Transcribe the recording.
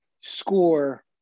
score